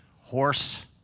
horse